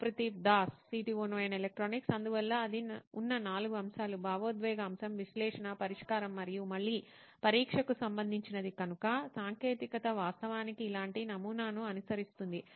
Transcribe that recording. సుప్రతీవ్ Das CTO నోయిన్ electronics అందువల్ల అది ఉన్న నాలుగు అంశాలు భావోద్వేగ అంశం విశ్లేషణ పరిష్కారం మరియు మళ్ళీ పరీక్షకు సంబంధించినది కనుక సాంకేతికత వాస్తవానికి ఇలాంటి నమూనాను అనుసరిస్తుంది